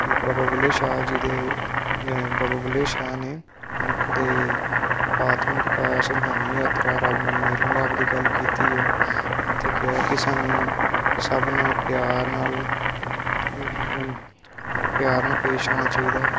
ਬਾਬਾ ਬੁੱਲੇ ਸ਼ਾਹ ਜੀ ਦੇ ਬਾਬਾ ਬੁੱਲੇ ਸ਼ਾਹ ਨੇ ਮਨੁੱਖ ਦੇ ਆਤਮਿਕ ਵਿਕਾਸ ਰੂਹਾਨੀ ਯਾਤਰਾ ਰੱਬ ਨਾਲ ਮੇਲ ਮਿਲਾਪ ਦੀ ਗੱਲ ਕੀਤੀ ਹ ਤੇ ਕਿਹਾ ਕਿ ਸਾਨੂੰ ਸਭ ਨਾਲ ਪਿਆਰ ਨਾਲ ਪਿਆਰ ਨਾਲ ਪੇਸ਼ ਆਉਣਾ ਚਾਹੀਦਾ